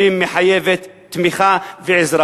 שמחייבת תמיכה ועזרה.